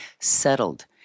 settled